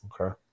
okay